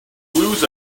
blues